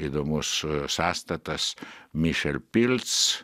įdomus sąstatas mišel pilts